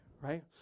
right